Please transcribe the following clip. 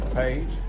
page